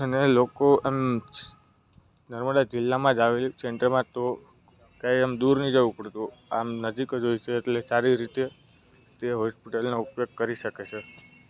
અને લોકો આમ નર્મદા જિલ્લામાં જ આવેલી સેન્ટરમાં જ તો કંઈ એમ દૂર નથી જવું પડતું આમ નજીક જ હોય છે એટલે સારી રીતે તે હોસ્પિટલનો ઉપયોગ કરી શકે છે